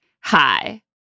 Hi